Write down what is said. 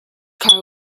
car